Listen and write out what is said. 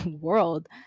world